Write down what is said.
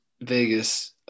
Vegas